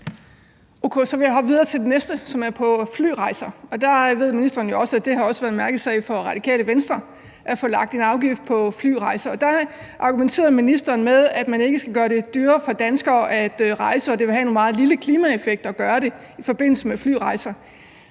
O.k. Så vil jeg hoppe videre til det næste, som er flyrejser, og der ved ministeren, at det også har været en mærkesag for Radikale Venstre at få lagt en afgift på flyrejser. Og der argumenterede ministeren med, at man ikke skal gøre det dyrere for danskere at rejse, og at det vil have en meget lille klimaeffekt at gøre det i forbindelse med flyrejser.